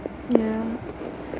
yeah